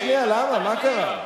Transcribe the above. רק שנייה, למה, מה קרה?